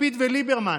לפיד וליברמן,